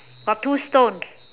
got two stone